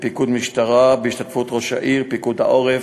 בפיקוד משטרה, בהשתתפות ראש העיר, פיקוד העורף,